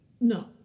No